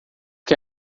que